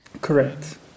Correct